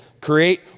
create